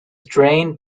drained